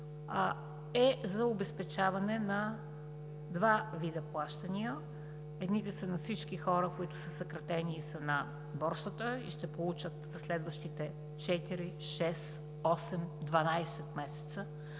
е за обезпечаване на два вида плащания – едните са за всички хора, които са съкратени и са на Борсата и ще получат за следващите четири, шест,